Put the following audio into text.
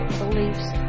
beliefs